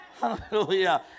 Hallelujah